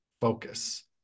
focus